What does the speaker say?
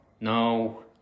No